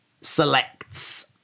selects